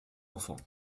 enfants